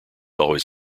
always